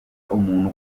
umuntu